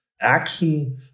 action